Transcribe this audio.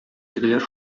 тегеләр